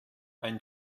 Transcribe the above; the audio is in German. ein